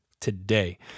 today